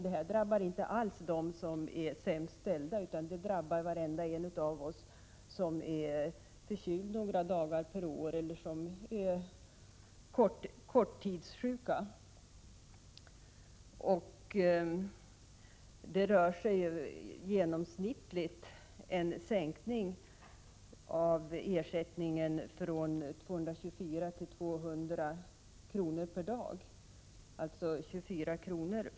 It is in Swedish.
Det här drabbar således inte alls de sämst ställda, utan detta drabbar varenda en av oss som är förkyld några dagar per år eller som är korttidssjuk. Det rör sig genomsnittligt om en sänkning av ersättningen från 224 till 200 kr. per dag, alltså 24 kr.